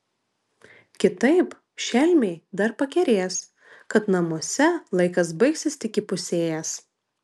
kitaip šelmiai dar pakerės kad namuose laikas baigsis tik įpusėjęs